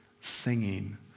singing